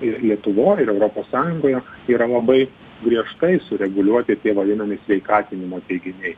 ir lietuvoj ir europos sąjungoje yra labai griežtai sureguliuoti tie vadinami sveikatinimo teiginiai